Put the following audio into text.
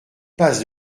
passe